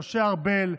משה ארבל,